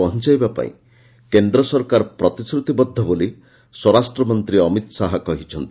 ପହଞାଇବା ପାଇଁ କେନ୍ଦ୍ର ସରକାର ପ୍ରତିଶ୍ରତିବଦ୍ଧ ବୋଲି ସ୍ୱରାଷ୍ଟ୍ରମନ୍ତୀ ଅମିତ ଶାହା କହିଛନ୍ତି